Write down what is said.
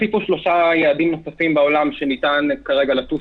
אנחנו חיים לא בעולם שכולו טוב, לצערי